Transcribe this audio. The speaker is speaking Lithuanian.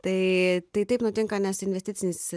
tai tai taip nutinka nes investicinis